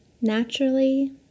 naturally